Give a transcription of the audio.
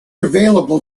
available